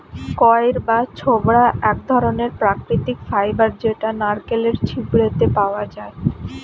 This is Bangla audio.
কইর বা ছোবড়া এক ধরণের প্রাকৃতিক ফাইবার যেটা নারকেলের ছিবড়েতে পাওয়া যায়